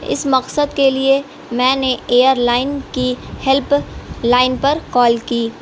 اس مقصد کے لیے میں نے ایئر لائن کی ہیلپ لائن پر کال کی